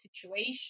situation